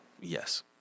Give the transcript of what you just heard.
Yes